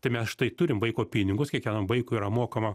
tai mes štai turim vaiko pinigus kiekvienam vaikui yra mokama